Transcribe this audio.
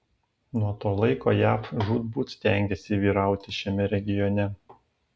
nuo to laiko jav žūtbūt stengėsi vyrauti šiame regione